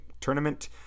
Tournament